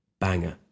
banger